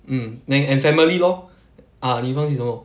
mm then and family lor ah 你放弃什么